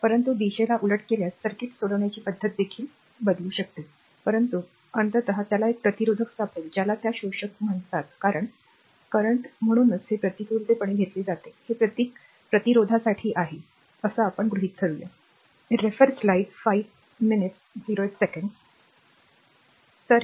परंतु दिशेला उलट केल्यास सर्किट सोडविण्याची पद्धत देखील करू शकते परंतु अंततः त्याला एक प्रतिरोधक सापडेल ज्याला त्या शोषक म्हणतात कारण चालू म्हणून हे प्रतिकूलपणे घेतले जाते हे प्रतीक प्रतिरोधकासाठी आहे बरोबर